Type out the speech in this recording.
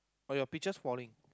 your picture's falling